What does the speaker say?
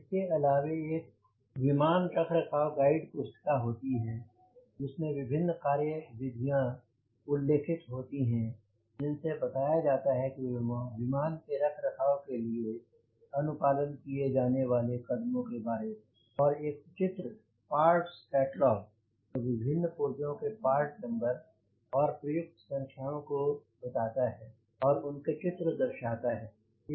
उसके अलावा एक विमान रख रखाव गाइड पुस्तिका होती है जिसमें विभिन्न कार्य विधियों उल्लेखित होती हैं जिनसे बताया जाता है कि विमान के रख रखाव के लिए अनु पालन किये जाने वाले कदमों के बारे में और एक सचित्र पार्ट्स कैटलॉग जो विभिन्न पुर्जों के पार्ट नंबर और प्रयुक्त संख्यायों को बताता है और उनके चित्र दर्शाता है